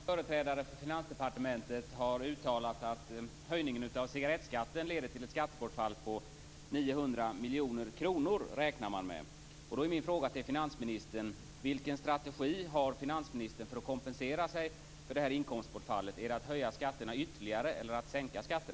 Fru talman! Jag läste i Finanstidningen i dag att företrädare för Finansdepartementet har uttalat att de beräknar att höjningen av cigarrettskatten leder till ett skattebortfall på 900 miljoner kronor.